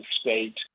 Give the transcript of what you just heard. state